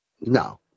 No